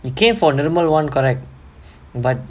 you came for normal [one] correct but